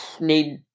need